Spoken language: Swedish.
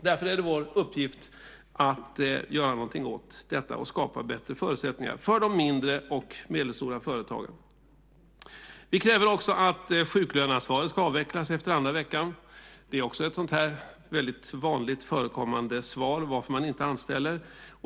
Därför är det vår uppgift att skapa bättre förutsättningar för de mindre och medelstora företagen. Vi kräver att sjuklöneansvaret ska avvecklas efter andra veckan. Det är också ett vanligt förekommande svar till varför man inte anställer.